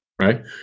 right